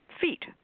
feet